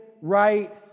right